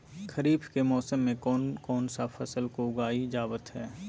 खरीफ के मौसम में कौन कौन सा फसल को उगाई जावत हैं?